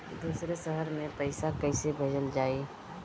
दूसरे शहर में पइसा कईसे भेजल जयी?